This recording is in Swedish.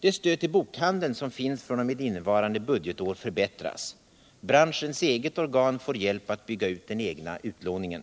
Det stöd till bokhandeln som finns fr. 0. m. innevarande budgetår förbättras. Branschens eget organ får hjälp att bygga ut den egna utlåningen.